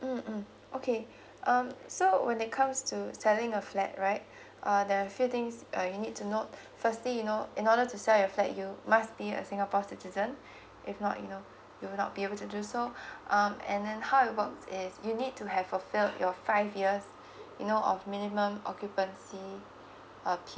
mm mm okay um so when it comes to selling a flat right uh there're few things uh you need to note firstly you know in order to sell your flat you must be a singapore citizen if not you know youll not be able to do so um and then how it works is you need to have fulfilled your five years you know of minimum occupancy uh